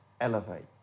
elevate